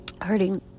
hurting